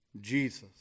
Jesus